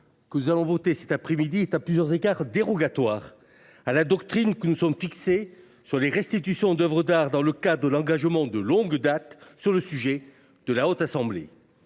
que nous allons voter cet après-midi est à plusieurs égards dérogatoire à la doctrine que nous sommes fixées sur les restitutions d'œuvres d'art dans le cadre de l'engagement de longue date sur le sujet de la Haute-Assemblée.